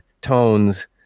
tones